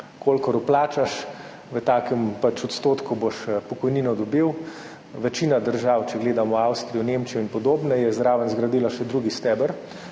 kolikor vplačaš, v takem odstotku boš pač dobil pokojnino. Večina držav, če gledamo Avstrijo, Nemčijo in podobno, je zraven zgradila še drugi steber,